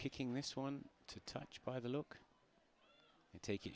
picking this one to touch by the look and take